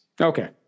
Okay